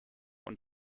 und